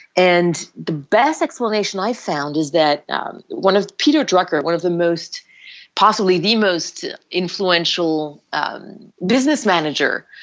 and the best explanation i found is that one of peter drucker, one of the most possibly the most influential um business manager,